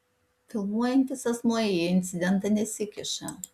filmuojantis asmuo į incidentą nesikiša